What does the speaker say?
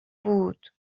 بود